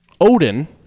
Odin